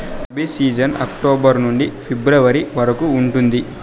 rabi season October నుండి ఫిబ్రవరి వరకు ఉంటుంది